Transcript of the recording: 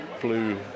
blue